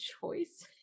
choice